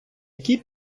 якій